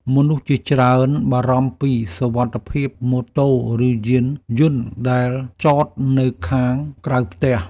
មនុស្សជាច្រើនបារម្ភពីសុវត្ថិភាពម៉ូតូ ឬយានយន្តដែលចតនៅខាងក្រៅផ្ទះ។